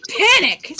panic